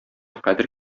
кадер